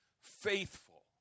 Faithful